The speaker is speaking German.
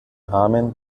rahmen